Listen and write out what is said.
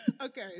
Okay